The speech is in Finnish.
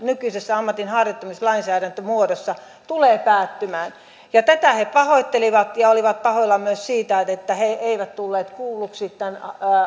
nykyisessä ammatinharjoittamislainsäädäntömuodossa tulee päättymään tätä he pahoittelivat ja olivat pahoillaan myös siitä että että he eivät tulleet kuulluiksi tämän